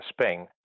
Spain